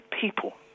people